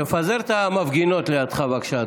תפזר את המפגינות לידך בבקשה,